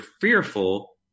fearful